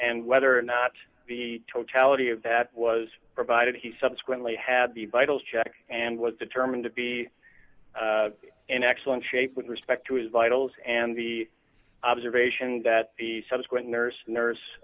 and whether or not being the totality of that was provided he subsequently had the vital checks and was determined to be in excellent shape with respect to his vitals and the observation that the subsequent nurse nurse